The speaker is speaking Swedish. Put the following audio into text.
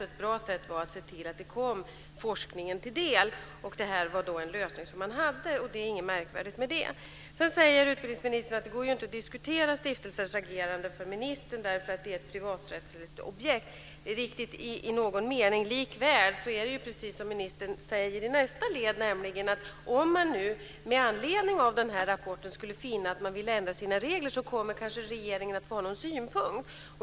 Ett bra sätt var att se till att de kom forskningen till del, och detta var en lösning som man hade, och det är ingenting märkvärdigt med det. Sedan säger utbildningsministern att det inte är möjligt för honom att diskutera stiftelsens agerande eftersom det är ett privaträttsligt objekt. Det är riktigt i någon mening. Likväl är det precis som ministern säger i nästa led, nämligen att om man nu med anledning av den här rapporten skulle finna att man vill ändra sina regler kommer regeringen kanske att få ha någon synpunkt.